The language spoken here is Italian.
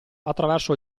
attraverso